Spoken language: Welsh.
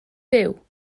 byw